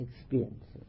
experiences